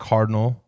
Cardinal